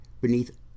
beneath